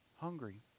hungry